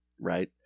right